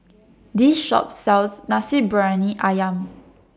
This Shop sells Nasi Briyani Ayam